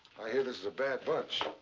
i hear this is a bad bunch.